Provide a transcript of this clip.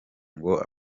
ngo